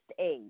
age